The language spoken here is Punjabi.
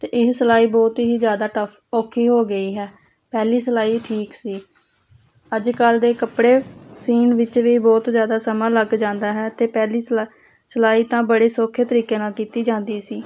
ਤਾਂ ਇਹ ਸਿਲਾਈ ਬਹੁਤ ਹੀ ਜ਼ਿਆਦਾ ਟਫ ਔਖੀ ਹੋ ਗਈ ਹੈ ਪਹਿਲੀ ਸਿਲਾਈ ਠੀਕ ਸੀ ਅੱਜ ਕੱਲ੍ਹ ਦੇ ਕੱਪੜੇ ਸਿਓਨ ਵਿੱਚ ਵੀ ਬਹੁਤ ਜ਼ਿਆਦਾ ਸਮਾਂ ਲੱਗ ਜਾਂਦਾ ਹੈ ਅਤੇ ਪਹਿਲੀ ਸਿਲਾ ਸਿਲਾਈ ਤਾਂ ਬੜੇ ਸੌਖੇ ਤਰੀਕੇ ਨਾਲ ਕੀਤੀ ਜਾਂਦੀ ਸੀ